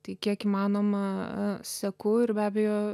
tai kiek įmanoma seku ir be abejo